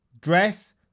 dress